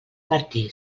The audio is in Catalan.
martí